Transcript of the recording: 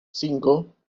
cinco